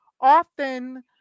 often